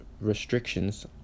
restrictions